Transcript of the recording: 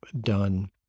done